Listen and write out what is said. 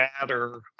matter